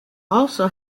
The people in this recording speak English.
also